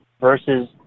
versus